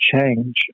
change